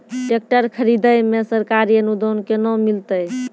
Tractor खरीदै मे सरकारी अनुदान केना मिलतै?